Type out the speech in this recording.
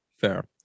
fair